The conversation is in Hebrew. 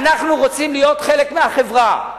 אנחנו רוצים להיות חלק מהחברה,